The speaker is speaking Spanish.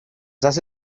hace